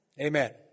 Amen